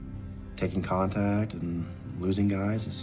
taking contact and losing guys,